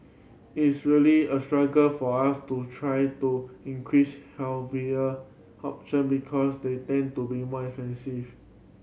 it's really a struggle for us to try to increase healthier option because they tend to be more expensive